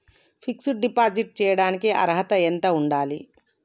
Fix డ్ deposit చేయటానికి అర్హత ఎంత ఉండాలి?